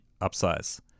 upsize